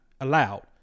allowed